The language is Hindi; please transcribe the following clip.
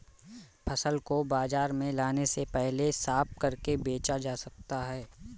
फसल को बाजार में लाने से पहले साफ करके बेचा जा सकता है?